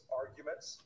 arguments